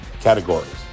categories